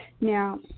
Now